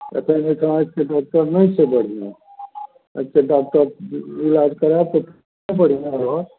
एखन अहिठाम आँखिके डॉकटर नहि छै बढ़िआँ एहिसे डॉकटरसे इलाज कराएब से बढ़िआँ रहत